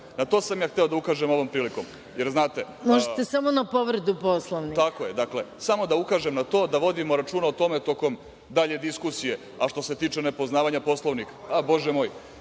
Na to sam ja hteo da ukažem ovom prilikom.(Predsednik: Možete samo na povredu Poslovnika.)Tako je. Dakle, samo da ukažem na to da vodimo računa o tome tokom dalje diskusije, a što se tiče nepoznavanja Poslovnika, bože moj,